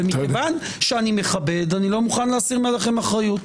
לכן איני מוכן לשים עליכם אחריות.